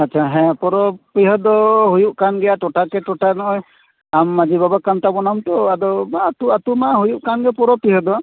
ᱟᱪᱪᱷᱟ ᱦᱮᱸ ᱯᱚᱨᱚᱵᱽ ᱯᱤᱦᱟᱹ ᱫᱚ ᱦᱩᱭᱩᱜ ᱠᱟᱱ ᱜᱮᱭᱟ ᱴᱚᱴᱷᱟ ᱠᱮ ᱴᱚᱴᱷᱟ ᱱᱚᱜᱼᱚᱭ ᱟᱢ ᱢᱟᱺᱡᱷᱤ ᱵᱟᱵᱟ ᱠᱟᱱ ᱛᱟᱵᱚᱱᱟᱢ ᱛᱚ ᱟᱫᱚ ᱟᱹᱛᱩ ᱟᱹᱛᱩ ᱢᱟ ᱦᱩᱭᱩᱜ ᱠᱟᱱ ᱜᱮ ᱯᱚᱨᱚᱵᱽᱼᱯᱤᱦᱟᱹ ᱫᱚ